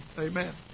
amen